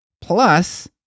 Plus